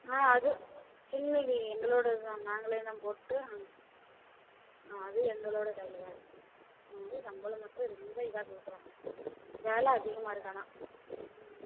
ஆ அது இல்லைடி எங்களோடயதுதான் நாங்களே தான் போட்டு ஆ அதுவும் எங்களோடய கையில் தான் இருக்குது அவங்க வந்து சம்பளம் மட்டும் ரொம்ப இதாகக் கொடுக்குறாங்க வேலை அதிகமாக இருக்குது ஆனால் ம் ம் அம்